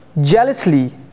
jealously